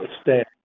stand